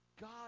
God